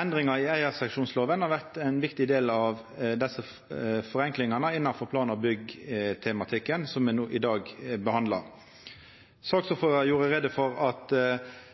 Endringar i eigarseksjonslova har vore ein viktig del av desse forenklingane innanfor plan- og byggtematikken som me i dag behandlar.